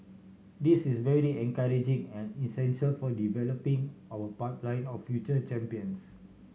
this is very encouraging and essential for developing our pipeline of future champions